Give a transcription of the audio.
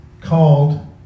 called